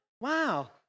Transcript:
Wow